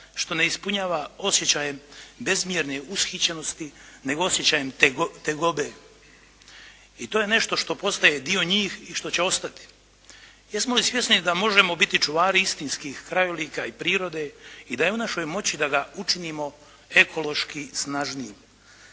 što ne ispunjava osjećajem bezmjerne ushićenosti nego osjećajem tegobe. I to je nešto što postaje dio njih i što će ostati. Jesmo li svjesni da možemo biti čuvari istinskih krajolika i prirode i da je u našoj moći da ga učinimo ekološki snažnijim,